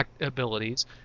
abilities